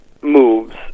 moves